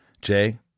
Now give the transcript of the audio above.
Jay